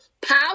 power